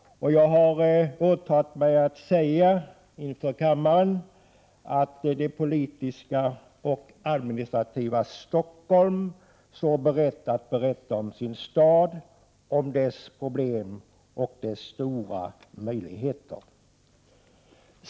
Jag har åtagit mig att inför kammaren säga att det politiska och administrativa Stockholm står berett att berätta om sin stad, om dess problem och dess stora möjligheter.